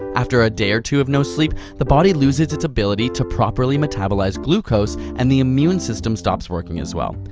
after a day or two of no sleep, the body loses its ability to properly metabolize glucose and the immune system stops working as well.